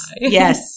yes